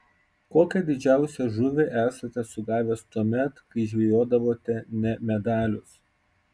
kokią didžiausią žuvį esate sugavęs tuomet kai žvejodavote ne medalius